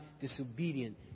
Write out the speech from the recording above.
disobedient